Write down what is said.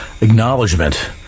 acknowledgement